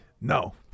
No